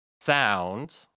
sound